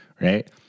right